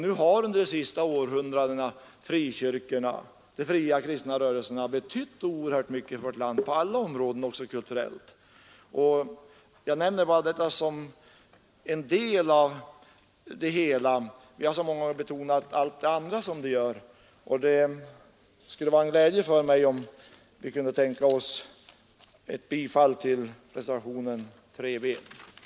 Nu har under de senaste århundradena de fria kristna rörelserna betytt oerhört mycket för vårt land på alla områden, även kulturellt. Jag nämner bara detta som en del av det hela. Vi har så många gånger betonat allt det andra positiva. Det skulle vara en glädje för oss om vi kunde få ett bifall till reservationen 3 b.